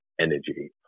energy